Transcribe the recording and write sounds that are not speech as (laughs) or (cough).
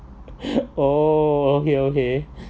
(laughs) oh okay okay